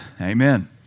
Amen